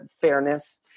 fairness